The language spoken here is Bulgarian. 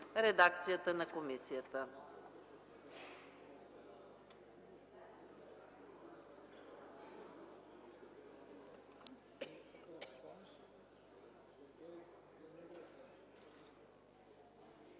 редакцията на комисията.